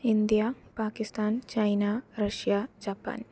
India Pakistan China Russia Japan